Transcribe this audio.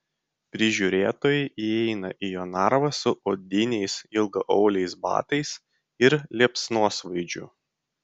prižiūrėtojai įeina į jo narvą su odiniais ilgaauliais batais ir liepsnosvaidžiu